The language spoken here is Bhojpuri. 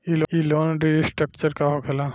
ई लोन रीस्ट्रक्चर का होखे ला?